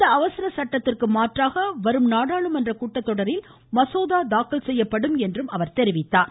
இந்த அவசர சட்டத்திற்கு மாற்றாக அடுத்த நாடாளுமன்ற கூட்டத்தொடரில் மசோதா தாக்கல் செய்யப்படும் என்றும் அவர் கூறினார்